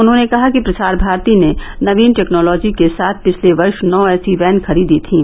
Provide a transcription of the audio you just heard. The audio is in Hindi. उन्होंने कहा कि प्रसार भारती ने नवीन टैक्नोलॉजी के साथ पिछले वर्ष नौ ऐसी वैन खरीदी थीं